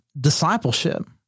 discipleship